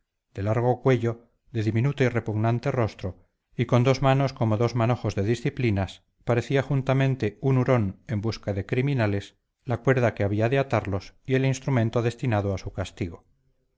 de largo cuello de diminuto y repugnante rostro y con dos manos como dos manojos de disciplinas parecía juntamente un hurón en busca de criminales la cuerda que había de atarlos y el instrumento destinado a su castigo